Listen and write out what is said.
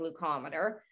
glucometer